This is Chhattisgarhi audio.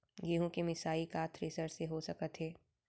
गेहूँ के मिसाई का थ्रेसर से हो सकत हे?